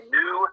new